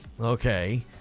okay